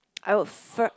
I would fir~